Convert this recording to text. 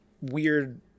weird